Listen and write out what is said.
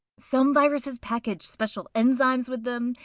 some viruses package special enzymes with them.